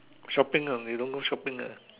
shopping lah they don't go shopping lah